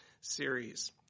series